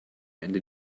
ende